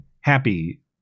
happy